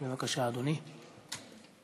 בבקשה, אדוני השר.